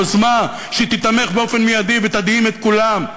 יוזמה שתיתמך באופן מיידי ותדהים את כולם,